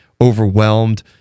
overwhelmed